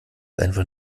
einfach